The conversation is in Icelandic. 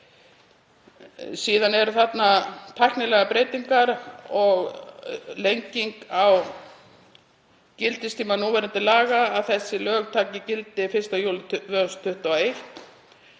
Síðan eru tæknilegar breytingar og lenging á gildistíma núgildandi laga, þ.e. að þessi lög taki gildi 1. júlí 2021.